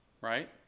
right